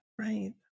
Right